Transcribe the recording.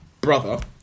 Brother